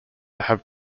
have